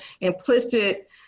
implicit